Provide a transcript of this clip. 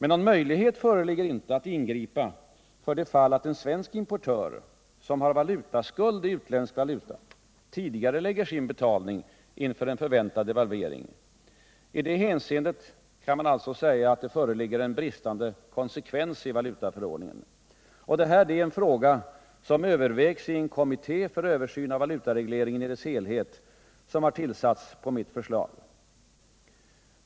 Någon möjlighet föreligger däremot inte att ingripa för det fallatt en svensk importör som har en valutaskuld i utländsk valuta tidigarelägger sin betalning inför en förväntad devalvering. I det hänseendet kan alltså sägas föreligga en brist på konsekvens i valutaförordningen. Detta är en fråga som övervägs i den kommitté för översyn av valutaregleringen i dess helhet som på mitt förslag tillsatts.